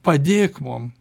padėk mum